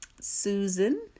Susan